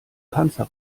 panzer